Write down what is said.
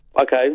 Okay